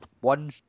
One